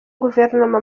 guverinoma